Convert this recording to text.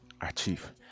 achieve